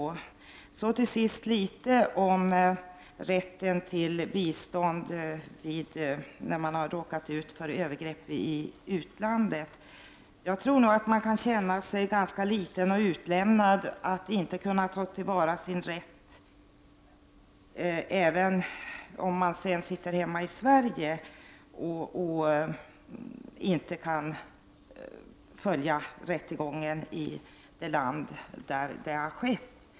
Så till sist litet om rätten till bistånd när man har råkat ut för övergrepp i utlandet. Jag tror nog att man kan känna sig ganska liten och utlämnad, att inte kunna ta till vara sin rätt, även om man sedan sitter hemma i Sverige och inte kan följa rättegången i det land där övergreppet har skett.